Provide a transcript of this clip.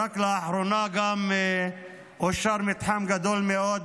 רק לאחרונה גם אושר מתחם גדול מאוד,